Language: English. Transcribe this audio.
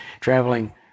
traveling